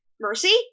mercy